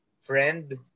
friend